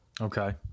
Okay